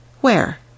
Where